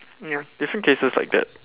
ya different cases like that